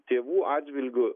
tėvų atžvilgiu